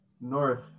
north